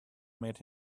made